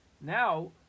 Now